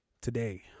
today